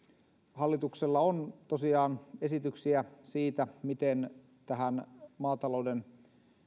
hallituksella on tosiaan esityksiä siitä miten tähän maatalouden